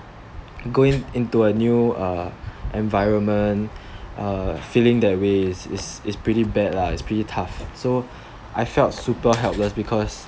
going into a new uh environment uh feeling that way is is pretty bad lah is pretty tough so I felt super helpless because